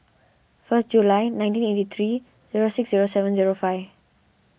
first July nineteen eight three zero six zero seven zero five